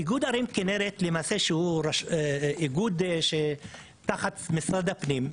איגוד ערים כינרת שהוא למעשה איגוד תחת משרד הפנים,